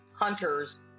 Hunters